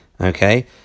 okay